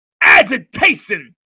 agitation